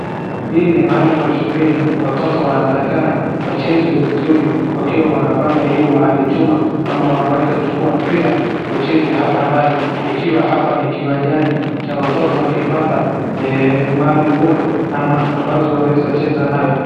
Hii ni mahali pa shuleni watoto wanatakikana wacheze vizuri wakiwa wanapanda hiyo mahali chuma ama wanachukua mpira wacheze hapa nayo ikiwa hapa ni kiwanjani ya watoto wakipata mahali bure ambazo wanaweza cheza nayo.